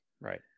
right